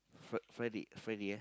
Fri~ Friday Friday eh